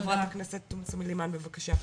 ח"כ תומא סלימאן בבקשה.